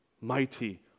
mighty